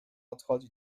odchodzi